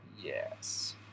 Yes